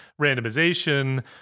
randomization